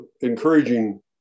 encouraging